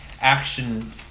action